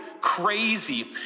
crazy